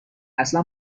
اصلا